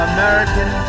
American